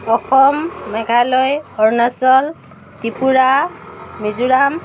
Assam Meghalaya Arunachal Tripura Mizoram